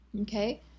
Okay